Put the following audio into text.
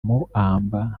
muamba